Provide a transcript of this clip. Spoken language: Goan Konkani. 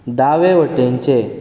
दावे वटेनचें